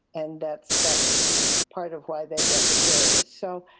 and that's that's part of why they get the caries. so